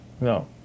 No